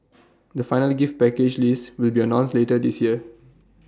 the final gift package list will be announced later this year